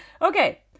Okay